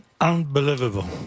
unbelievable